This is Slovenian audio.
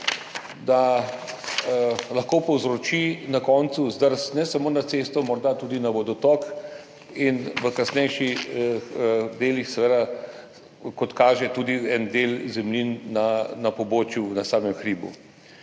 da lahko povzroči na koncu zdrs, ne samo na cesto, morda tudi na vodotok in v kasnejših delih seveda, kot kaže, tudi en del zemljin na pobočju na samem hribu.